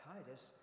Titus